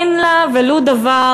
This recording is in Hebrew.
אין להן ולו דבר,